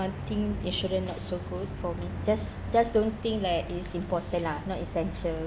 I think insurance not so good for me just just don't think like is important lah not essential